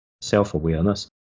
self-awareness